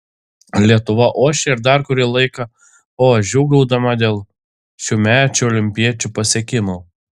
lietuva ošia ir dar kurį laiką oš džiūgaudama dėl šiųmečių olimpiečių pasiekimų